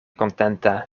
kontenta